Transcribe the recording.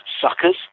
suckers